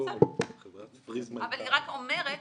אבל היא רק אומרת